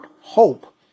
Hope